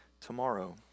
tomorrow